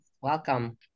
Welcome